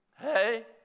Hey